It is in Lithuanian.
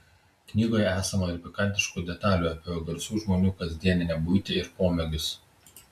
knygoje esama ir pikantiškų detalių apie garsių žmonių kasdienę buitį ir pomėgius